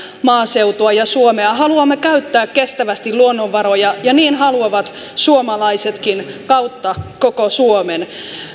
maaseutua ja suomea haluamme käyttää kestävästi luonnonvaroja ja niin haluavat suomalaisetkin kautta koko suomen